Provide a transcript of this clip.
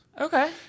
Okay